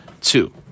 two